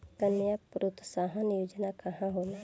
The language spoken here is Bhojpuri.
कन्या प्रोत्साहन योजना का होला?